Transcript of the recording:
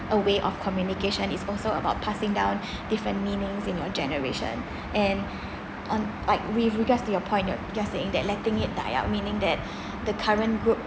a way of communication is also about passing down different meanings in your generation and on like with regards to your point you're just saying letting it die out meaning that the current group